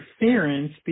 interference